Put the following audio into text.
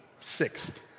sixth